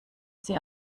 sie